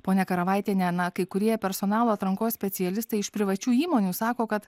ponia karavaitiene na kai kurie personalo atrankos specialistai iš privačių įmonių sako kad